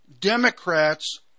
Democrats